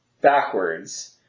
backwards